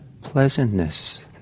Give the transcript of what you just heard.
pleasantness